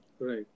Right